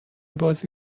بازی